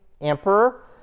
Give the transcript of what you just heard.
emperor